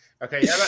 Okay